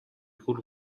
گول